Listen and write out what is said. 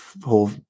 whole